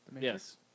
yes